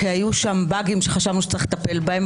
היו שם באגים שחשבנו שצריך לטפל בהם,